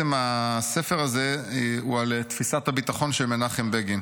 הספר הוא על תפיסת הביטחון של מנחם בגין,